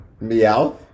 Meow